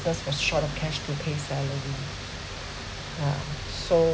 was short of cash to pay salary yeah so